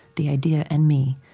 the idea and me,